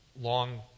long